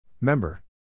Member